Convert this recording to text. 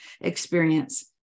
experience